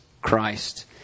Christ